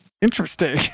Interesting